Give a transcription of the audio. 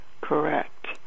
Correct